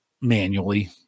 manually